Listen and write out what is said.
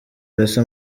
elsa